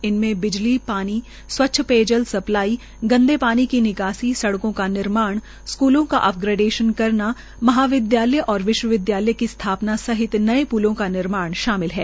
इनमें बिजली पानी स्वच्छ पेयजल आपूर्ति गंदे पानी की निकासी सड़कों का निर्माण स्कूलों का अपग्रेडशन करनाख् महाविद्यालय और और विश्वविद्यालय की स्थापना सहित नए प्लों का निर्माण शामिल है